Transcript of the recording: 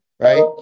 right